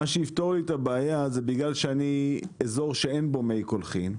מה שיפתור לי את הבעיה זה בגלל שאני אזור שאין בו מי קולחין,